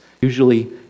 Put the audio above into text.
Usually